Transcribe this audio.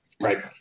Right